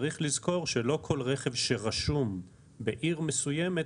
צריך לזכור שלא כל רכב שרשום בעיר מסוימת,